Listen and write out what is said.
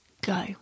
go